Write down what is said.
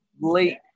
late